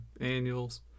annuals